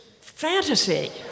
fantasy